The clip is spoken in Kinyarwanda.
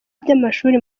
by’amashuri